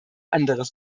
anderes